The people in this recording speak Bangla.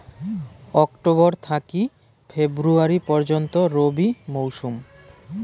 অক্টোবর থাকি ফেব্রুয়ারি পর্যন্ত রবি মৌসুম